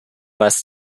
was